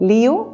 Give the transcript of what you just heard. Leo